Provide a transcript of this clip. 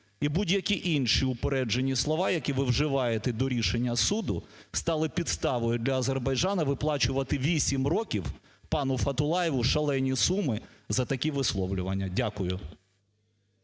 і будь-які інші упереджені слова, які ви вживаєте до рішення суду, стали підставою для Азербайджану виплачувати 8 років пану Фатулаєву шалені суми за такі висловлювання. Дякую.